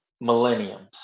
Millenniums